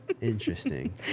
Interesting